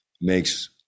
makes